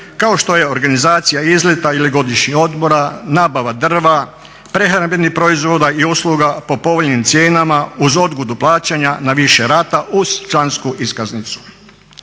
kao što je organizacija izleta ili godišnjih odmora, nabava drva, prehrambenih proizvoda i usluga po povoljnim cijenama uz odgodu plaćanja na više rata uz člansku iskaznicu.